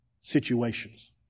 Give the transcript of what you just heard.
situations